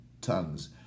tongues